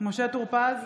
משה טור פז,